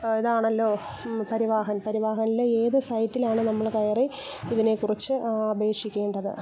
ഇതാണല്ലോ പരിവാഹൻ പരിവാഹനിലെ ഏത് സൈറ്റിലാണ് നമ്മള് കയറി ഇതിനെക്കുറിച്ച് അപേക്ഷിക്കേണ്ടത്